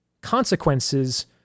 consequences